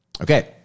Okay